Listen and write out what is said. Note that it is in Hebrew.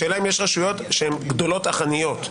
האם יש רשויות גדולות אך עניות?